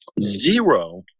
Zero